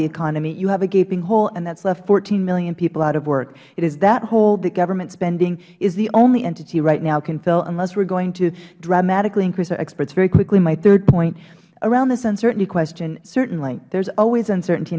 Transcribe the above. the economy you have a gapping hole and that has left fourteen million people out of work it is that hole that government spending the only entity right now can fill unless we are going to dramatically increase our experts very quickly my third point is around this uncertainty question certainly there is always uncertainty